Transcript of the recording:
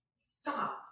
stop